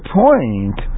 point